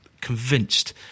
convinced